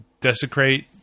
desecrate